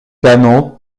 canot